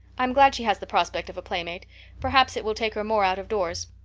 i'm glad she has the prospect of a playmate perhaps it will take her more out-of-doors.